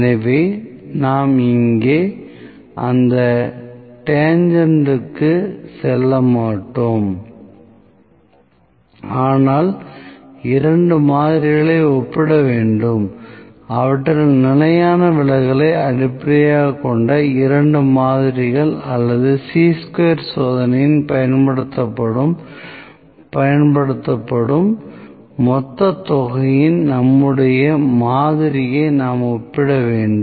எனவே நாம் இங்கே அந்த டேன்ஜென்ட்க்கு செல்ல மாட்டோம் ஆனால் இரண்டு மாதிரிகளை ஒப்பிட வேண்டும் அவற்றில் நிலையான விலகலை அடிப்படையாகக் கொண்ட இரண்டு மாதிரிகள் அல்லது சீ ஸ்கொயர் சோதனையில் பயன்படுத்தப்படும் மொத்த தொகையுடன் நம்முடைய மாதிரியை நாம் ஒப்பிட வேண்டும்